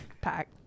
Pack